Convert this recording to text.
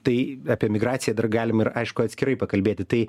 tai apie emigraciją dar galim ir aišku atskirai pakalbėti tai